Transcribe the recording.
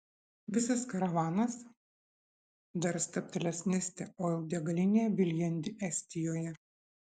visas karavanas dar stabtelės neste oil degalinėje viljandi estijoje